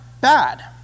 bad